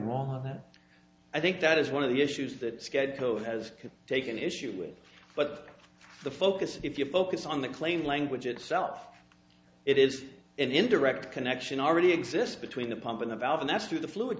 wrong are that i think that is one of the issues that scared govt has taken issue with but the focus if you focus on the claim language itself it is an indirect connection already exist between the pump and the valve and that's through the flu